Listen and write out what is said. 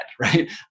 Right